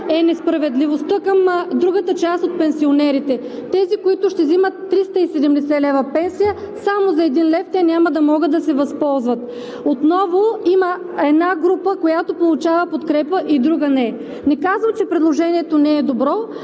е несправедливостта към другата част от пенсионерите. Тези, които ще взимат 370 лв. пенсия само за 1 лв. няма да могат да се възползват. Отново има една група, която получава подкрепа и друга – не. Не казвам, че предложението не е добро,